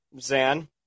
Zan